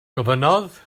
gofynnodd